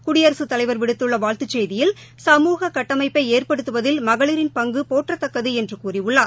குடியரசுத் தலைவர் விடுத்துள் வாழ்த்துச் செய்தியில் பெண்கள் சமூக கட்டமைப்பைஏற்படுத்துவதில் மகளிரின் பங்குபோற்றத்தக்கதுஎன்றுகூறியுள்ளார்